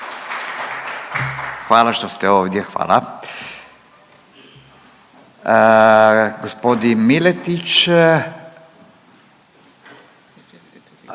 Hvala što ste ovdje, hvala. Gospodin Miletić,